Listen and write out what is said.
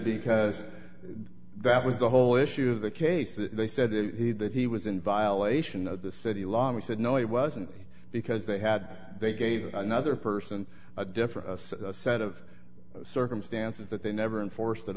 because that was the whole issue of the case that they said it he that he was in violation of the city law and said no it wasn't because they had they gave another person a different set of circumstances that they never enforced at